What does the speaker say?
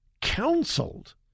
counseled